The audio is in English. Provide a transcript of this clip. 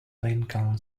lincoln